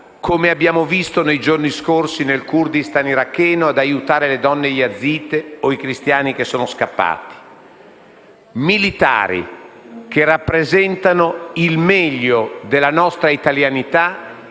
(come abbiamo visto nei giorni scorsi nel Kurdistan iracheno ad aiutare le donne yazide o i cristiani scappati); ai militari che rappresentano il meglio della nostra italianità